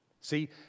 See